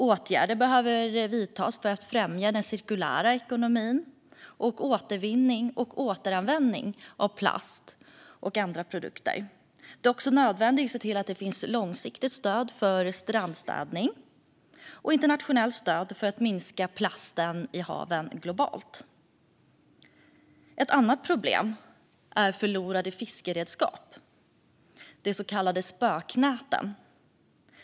Åtgärder behöver vidtas för att främja den cirkulära ekonomin samt återvinning och återanvändning av plast och andra produkter. Det är också nödvändigt att se till att det finns långsiktigt stöd för strandstädning och internationellt stöd för att minska mängden plast i haven globalt. Ett annat problem är förlorade fiskeredskap - de så kallade spöknäten.